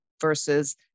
versus